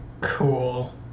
Cool